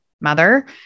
mother